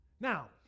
Now